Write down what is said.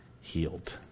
healed